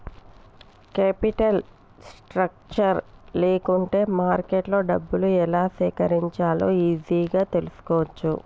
capital structure లేకుంటే మార్కెట్లో డబ్బులు ఎలా సేకరించాలో ఈజీగా తెల్సుకోవచ్చు